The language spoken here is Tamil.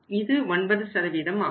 இது 9 ஆகும்